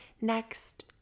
Next